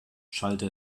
schallte